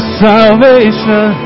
salvation